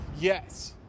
Yes